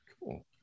cool